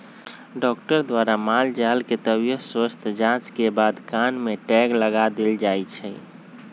doctor द्वारा माल जाल के तबियत स्वस्थ जांच के बाद कान में टैग लगा देल जाय छै